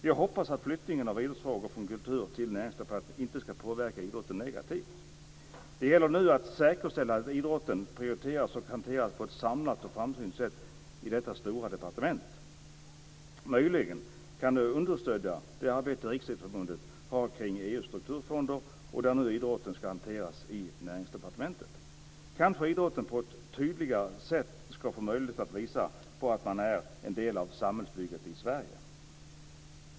Jag hoppas att flyttningen av idrottsfrågor från Kultur till Näringsdepartementet inte ska påverka idrotten negativt. Det gäller nu att säkerställa att idrotten prioriteras och hanteras på ett samlat och framsynt sätt i detta stora departement. Möjligen kan det faktum att idrotten nu ska hanteras i Näringsdepartementet understödja Riksidrottsförbundet arbete med EU:s strukturfonder. Kanske idrotten på ett tydligare sätt ska få möjlighet att visa att den är en del av samhällsbygget i Sverige.